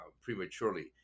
prematurely